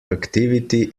activity